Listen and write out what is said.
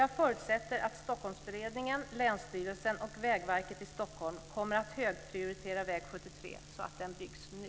Jag förutsätter att Stockholmsberedningen, länsstyrelsen och Vägverket i Stockholm kommer att högprioritera väg 73 så att den byggs nu.